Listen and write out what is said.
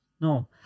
No